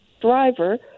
driver